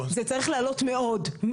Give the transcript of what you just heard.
לעלות מאוד.